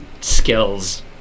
skills